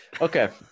Okay